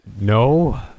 No